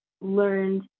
learned